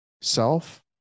self